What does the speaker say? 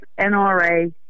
NRA